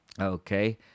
Okay